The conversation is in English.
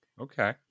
Okay